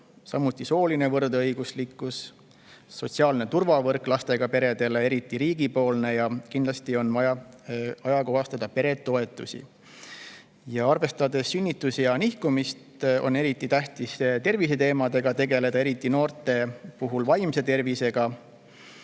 samuti sooline võrdõiguslikkus, sotsiaalne turvavõrk lastega peredele, eriti riigipoolne. Ja kindlasti on vaja ajakohastada peretoetusi. Arvestades sünnitusea nihkumist, on eriti tähtis terviseteemadega tegeleda, eriti vaimse tervisega